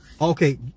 Okay